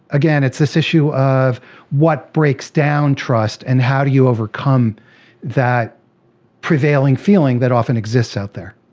again, it's this issue of what breaks down trust and how do you overcome that prevailing feeling that often exists out there?